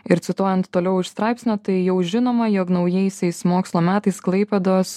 ir cituojant toliau iš straipsnio tai jau žinoma jog naujaisiais mokslo metais klaipėdos